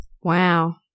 Wow